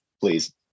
please